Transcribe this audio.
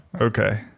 okay